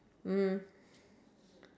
eleven thirty eight